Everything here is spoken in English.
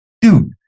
dude